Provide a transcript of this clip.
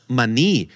money